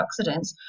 antioxidants